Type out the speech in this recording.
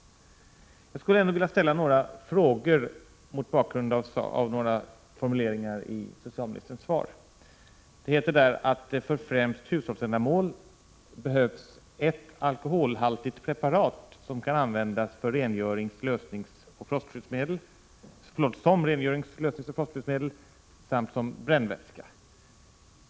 Mot bakgrund av några av formuleringarna i socialministerns svar skulle jag vilja ställa några frågor. Det står i svaret: ”För främst hushållsändamål finns det ett behov av ett alkoholhaltigt preparat som kan användas som rengörings-, lösningsoch frostskyddsmedel samt som brännvätska”.